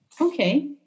Okay